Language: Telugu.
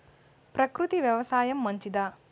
ప్రకృతి వ్యవసాయం మంచిదా?